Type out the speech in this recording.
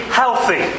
healthy